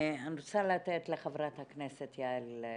אני רוצה לתת לחברת הכנסת יעל כהן-פארן.